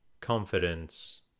confidence